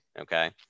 Okay